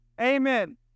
Amen